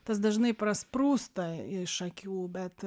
tas dažnai prasprūsta iš akių bet